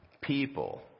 People